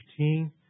15